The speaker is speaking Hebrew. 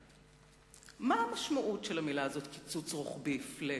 מה המשמעות של המלים קיצוץ רוחבי, flat,